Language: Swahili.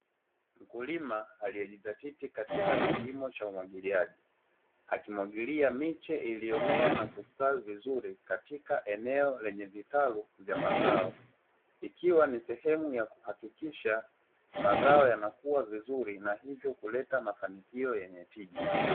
Mkulima aliyejizatiti katika kilimo cha umwagiliaji, akimwagilia miche iliyomea na kustawi vizuri katika eneo lenye vitalu vya mazao, ikiwa ni sehemu ya kuhakikisha mazoa yanakua vizuri na hivyo kuleta mafanikio yenye tija.